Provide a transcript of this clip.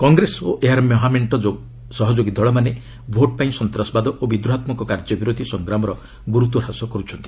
କଂଗ୍ରେସ ଓ ଏହାର ମହାମେଣ୍ଟ ସହଯୋଗୀ ଦଳମାନେ ଭୋଟ୍ ପାଇଁ ସନ୍ତାସବାଦ ଓ ବିଦ୍ରୋହାତ୍କକ କାର୍ଯ୍ୟ ବିରୋଧୀ ସଂଗ୍ରାମର ଗୁରୁତ୍ୱ ହ୍ରାସ କର୍ଚ୍ଛନ୍ତି